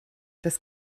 das